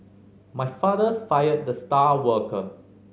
my fathers fired the star worker